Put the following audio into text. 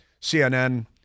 CNN